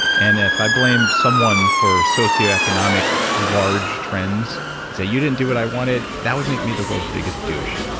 and if i blame someone for socioeconomic, large trends and say, you didn't do what i wanted, that would make me the world's biggest douche.